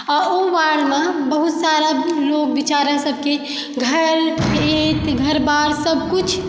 आ ऊ बाढ़मे बहुत सारा लोग बेचारा सब के घर खेत घर बार सब कुछ